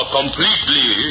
completely